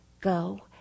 go